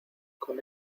con